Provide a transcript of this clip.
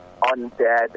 undead